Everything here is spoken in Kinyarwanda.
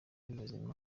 muzima